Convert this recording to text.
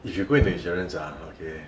if you go into insurance ah okay